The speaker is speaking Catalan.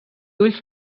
ulls